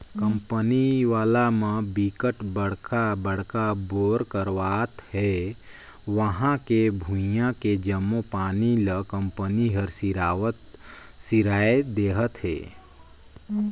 company वाला म बिकट बड़का बड़का बोर करवावत हे उहां के भुइयां के जम्मो पानी ल कंपनी हर सिरवाए देहथे